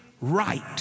right